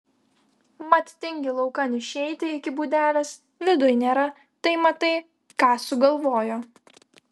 mat tingi laukan išeiti iki būdelės viduj nėra tai matai ką sugalvojo